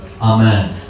Amen